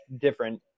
different